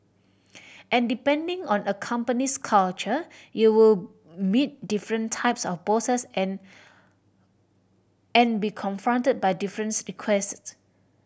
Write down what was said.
and depending on a company's culture you will meet different types of bosses and and be confronted by difference requests